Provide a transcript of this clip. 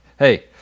Hey